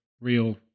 real